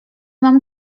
mam